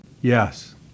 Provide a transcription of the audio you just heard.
Yes